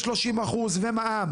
30% ומע"מ: